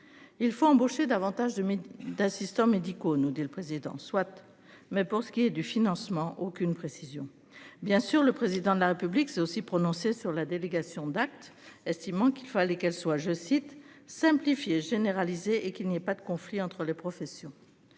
Il faut embaucher davantage de mais d'assistants médicaux, nous dit le président soit mais pour ce qui est du financement, aucune précision. Bien sûr, le président de la République s'est aussi prononcé sur la délégation date estimant qu'il fallait qu'elle soit je cite simplifier généralisée et qu'il n'y ait pas de conflit entre les professions.